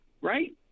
right